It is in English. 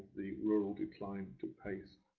the rural decline took place.